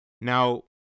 Now